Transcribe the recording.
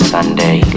Sunday